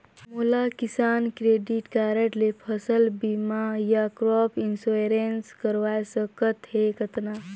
मोला किसान credit card ले फसल बीमा या क्रॉप इंश्योरेंस करवा सकथ हे कतना?